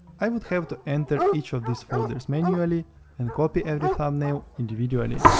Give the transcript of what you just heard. i would have to enter each of these folders manually and copy every thumbnail individually.